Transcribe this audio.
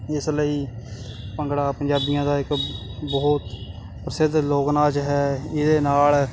ਇਸ ਲਈ ਭੰਗੜਾ ਪੰਜਾਬੀਆਂ ਦਾ ਇੱਕ ਬਹੁਤ ਪ੍ਰਸਿੱਧ ਲੋਕ ਨਾਚ ਹੈ ਇਹਦੇ ਨਾਲ